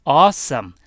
awesome